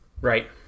Right